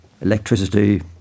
Electricity